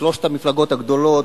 ששלוש המפלגות יתאחדו,